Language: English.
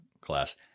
class